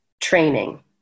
training